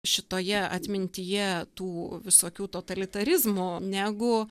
šitoje atmintyje tų visokių totalitarizmų negu